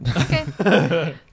Okay